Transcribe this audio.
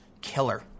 killer